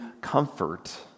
comfort